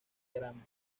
gran